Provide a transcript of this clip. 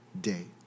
day